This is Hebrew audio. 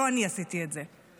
לא אני עשיתי את זה.